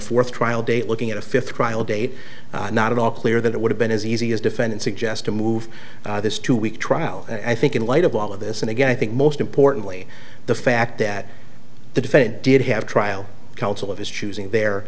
fourth trial date looking at a fifth trial date not at all clear that it would have been as easy as defendant suggest to move this two week trial and i think in light of all of this and again i think most importantly the fact that the defendant did have trial counsel of his choosing there